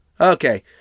Okay